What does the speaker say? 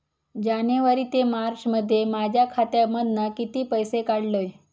जानेवारी ते मार्चमध्ये माझ्या खात्यामधना किती पैसे काढलय?